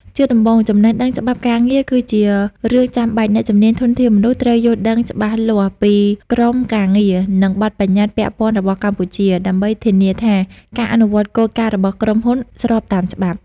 ជាដំបូង ចំណេះដឹងច្បាប់ការងារ គឺជារឿងចាំបាច់ អ្នកជំនាញ ធនធានមនុស្ស ត្រូវយល់ដឹងច្បាស់លាស់ពីក្រមការងារ និងបទប្បញ្ញត្តិពាក់ព័ន្ធរបស់កម្ពុជា ដើម្បីធានាថាការអនុវត្តគោលការណ៍របស់ក្រុមហ៊ុនស្របតាមច្បាប់។